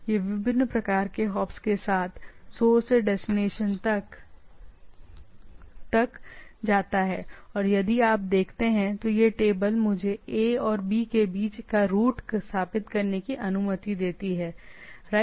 यह विभिन्न प्रकार के हॉप्स के साथ सोर्स से डेस्टिनेशन तक जाता है और यदि आप देखते हैं तो यह टेबल मुझे A और B के बीच का रूट स्थापित करने की अनुमति देती है राइट